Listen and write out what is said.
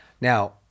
Now